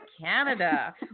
Canada